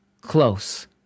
close